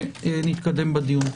ונתקדם בדיון.